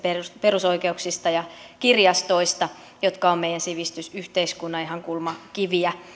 perusoikeuksia ja ja kirjastoista jotka ovat meidän sivistysyhteiskunnan ihan kulmakiviä